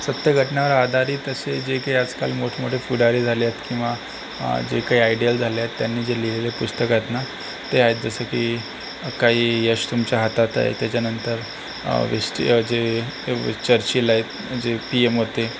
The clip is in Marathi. सत्यघटनावर आधारित असे जे काही आजकाल मोठमोठे पुढारी झाले आहेत किंवा जे काही आयडियल झाले आहेत त्यांनी जे लिहिलेले पुस्तकं आहेत ना ते आहेत जसं की काही यश तुमच्या हातात आहे त्याच्यानंतर विष्टी जे विश चर्चिल आहेत जे पी एम होते